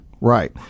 Right